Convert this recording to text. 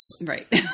Right